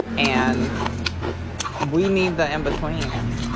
and we need the in-between.